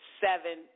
seven